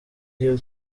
hill